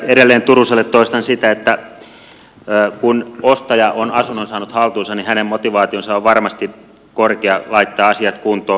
edelleen turuselle toistan sitä että kun ostaja on asunnon saanut haltuunsa niin hänen motivaationsa on varmasti korkea laittaa asiat kuntoon